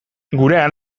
gurean